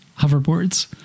hoverboards